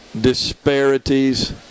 disparities